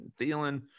Thielen